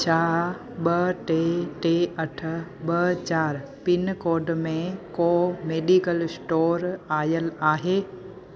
छा ॿ टे टे अठ ॿ चार पिनकोड में को मेडिकल स्टोर आयल आहे